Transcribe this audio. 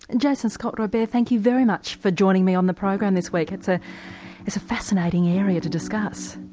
and jason scott robert, thank you very much for joining me on the program this week. it's ah it's a fascinating area to discuss.